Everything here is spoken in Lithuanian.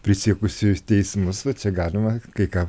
prisiekusiųjų teismus va čia galima kai ką